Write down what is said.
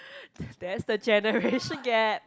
that's the generation gap